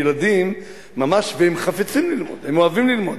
ילדים ממש, והם חפצים ללמוד, הם אוהבים ללמוד.